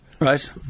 right